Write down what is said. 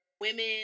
women